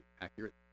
accurate